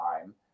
time